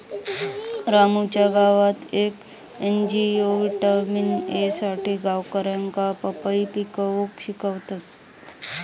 रामूच्या गावात येक एन.जी.ओ व्हिटॅमिन ए साठी गावकऱ्यांका पपई पिकवूक शिकवता